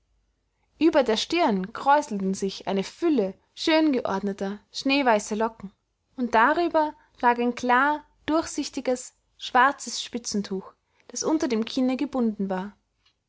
ueber der stirn kräuselte sich eine fülle schöngeordneter schneeweißer locken und darüber lag ein klar durchsichtiges schwarzes spitzentuch das unter dem kinne gebunden war